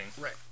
Right